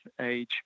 age